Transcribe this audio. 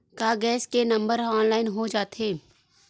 का गैस के नंबर ह ऑनलाइन हो जाथे?